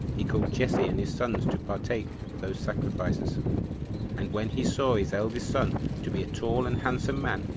he called jesse and his sons to partake of those sacrifices and when he saw his eldest son to be a tall and handsome man,